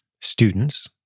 students